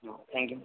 हो थँक्यू